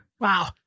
Wow